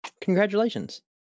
congratulations